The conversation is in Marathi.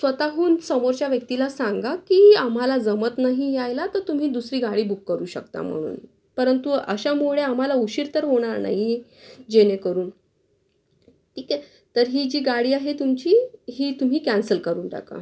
स्वतःहून समोरच्या व्यक्तीला सांगा की आम्हाला जमत नाही यायला तर तुम्ही दुसरी गाडी बुक करू शकता म्हणून परंतु अशामुळे आम्हाला उशीर तर होणार नाही जेणेकरून ठीक आहे तर ही जी गाडी आहे तुमची ही तुम्ही कॅन्सल करून टाका